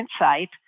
insight